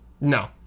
no